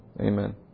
Amen